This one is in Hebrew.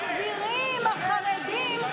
הגבירים החרדים,